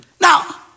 Now